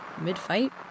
mid-fight